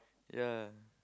ya